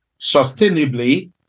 sustainably